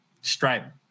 stripe